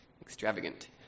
Extravagant